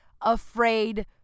afraid